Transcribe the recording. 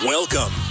Welcome